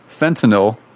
fentanyl